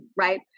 right